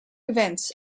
events